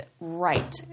Right